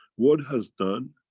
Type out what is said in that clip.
what has done.